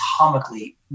atomically